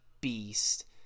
beast